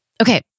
Okay